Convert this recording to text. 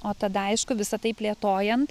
o tada aišku visa tai plėtojant